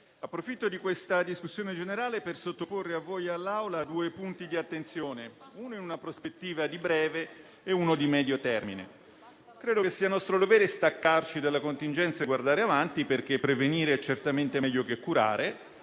approfitto di questa discussione per sottoporre a voi e all'Assemblea due punti di attenzione, uno in una prospettiva di breve e uno in una prospettiva di medio termine. Credo che sia nostro dovere staccarci dalla contingenza e guardare avanti, perché prevenire è certamente meglio che curare,